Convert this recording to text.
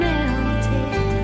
Melted